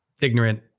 ignorant